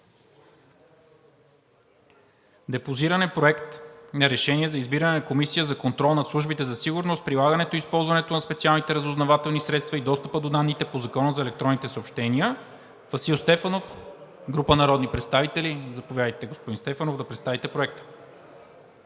Депозиран е Проект на решение за избиране на Комисия за контрол над службите за сигурност, прилагането и използването на специалните разузнавателни средства и достъпа до данните по Закона за електронните съобщения. Вносител е Васил Стефанов и група народни представители. Заповядайте, господин Стефанов, да представите Проекта.